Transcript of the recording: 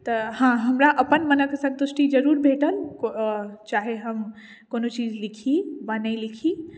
तऽ हँ हमरा अपना मनक सन्तुष्टि जरूर भेटल चाहे हम कोनो चीज लिखी वा नहि लिखी